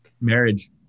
Marriage